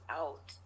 out